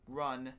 run